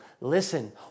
Listen